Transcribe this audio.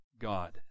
God